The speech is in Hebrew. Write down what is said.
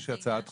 תגישי הצעת חוק.